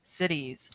cities